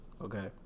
okay